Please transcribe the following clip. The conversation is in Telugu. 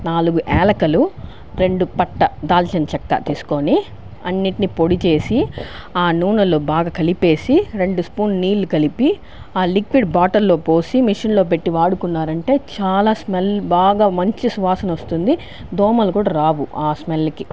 నాలుగు ఏలకులు రెండు పట్టా దాల్చిన చెక్క తీసుకోని అన్నిటిని పొడి చేసి ఆ నూనెలో బాగా కలిపి వేసి రెండు స్పూన్లు నీళ్ళు కలిపి ఆ లిక్విడ్ బాటిల్లో పోసి మిషన్లో పెట్టి వాడుకున్నారు అంటే చాలా స్మెల్ బాగా మంచి సువాసన వస్తుంది దోమలు కూడా రావు ఆ స్మెల్కి